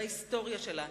מההיסטוריה שלה,